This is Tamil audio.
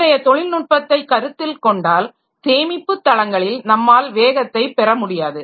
இன்றைய தொழில்நுட்பத்தை கருத்தில் கொண்டால் சேமிப்பு தளங்களில் நம்மால் வேகத்தை பெறமுடியாது